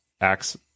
acts